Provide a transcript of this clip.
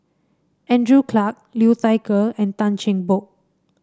Andrew Clarke Liu Thai Ker and Tan Cheng Bock